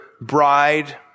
bride